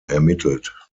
ermittelt